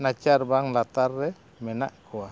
ᱱᱟᱪᱟᱨ ᱵᱟᱝ ᱞᱟᱛᱟᱨ ᱨᱮ ᱢᱮᱱᱟᱜ ᱠᱚᱣᱟ